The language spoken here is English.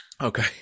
Okay